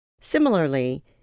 Similarly